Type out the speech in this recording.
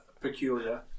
peculiar